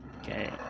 Okay